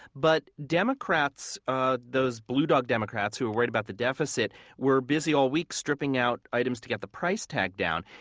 but democrats those blue-dog democrats who were worried about the deficit were busy all week stripping out items to get the price tag down.